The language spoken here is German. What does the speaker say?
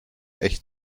echt